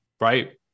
right